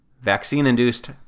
Vaccine-Induced